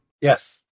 Yes